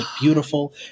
beautiful